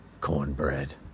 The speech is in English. cornbread